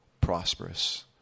Prosperous